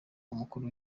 umukuru